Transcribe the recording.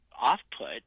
off-put